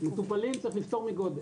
מטופלים צריך לפטור מגודל.